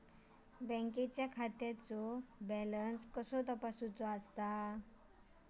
बँकेच्या खात्याचो कसो बॅलन्स तपासायचो?